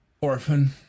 Orphan